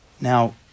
Now